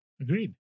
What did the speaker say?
Agreed